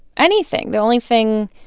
anything. the only thing